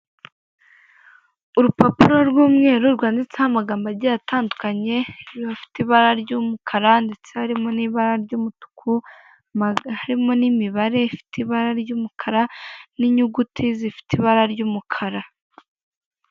Urupapuro rw'umweru rwanditseho amagamo agiye atandukanye, afite ibara ry'umukara ndetse harimo n'ibara ry'umutuku, harimo n'imibare ifite ibara ry'umutuku, n'inyuguti zifite ibara ry'umukara.